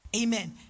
amen